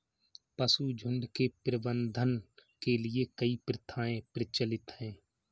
पशुझुण्ड के प्रबंधन के लिए कई प्रथाएं प्रचलित हैं